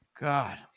God